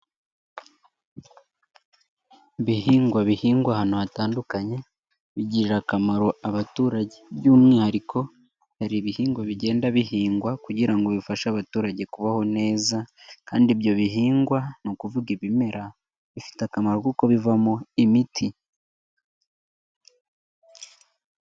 Ibihingwa bihingwa ahantu hatandukanye, bigirira akamaro abaturage, by'umwihariko hari ibihingwa bigenda bihingwa kugira ngo bifashe abaturage kubaho neza kandi ibyo bihingwa ni ukuvuga ibimera bifite akamaro kuko bivamo imiti.